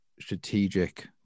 strategic